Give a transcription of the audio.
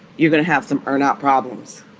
you're going to have some are not problems